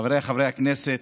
חבריי חברי הכנסת,